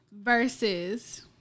versus